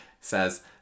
says